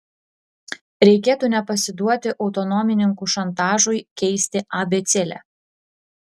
reikėtų nepasiduoti autonomininkų šantažui keisti abėcėlę